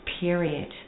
period